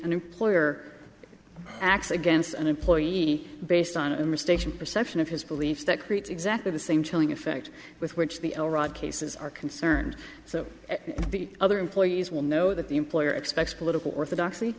an employer acts against an employee based on him or station perception of his beliefs that creates exactly the same chilling effect with which the all rod cases are concerned so the other employees will know that the employer expects political orthodoxy